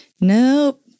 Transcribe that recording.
nope